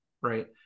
right